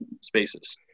spaces